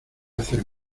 hacer